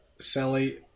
Sally